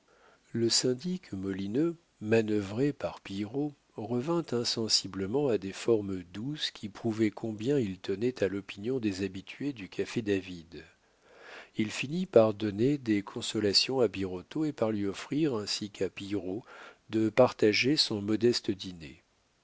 le syndic molineux manœuvré par pillerault revint insensiblement à des formes douces qui prouvaient combien il tenait à l'opinion des habitués du café david il finit par donner des consolations à birotteau et par lui offrir ainsi qu'à pillerault de partager son modeste dîner